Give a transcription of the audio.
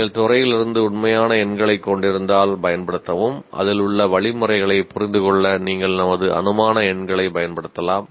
நீங்கள் துறையிலிருந்து உண்மையான எண்களைக் கொண்டிருந்தால் பயன்படுத்தவும் அதில் உள்ள வழிமுறைகளைப் புரிந்துகொள்ள நீங்கள் நமது அனுமான எண்களைப் பயன்படுத்தலாம்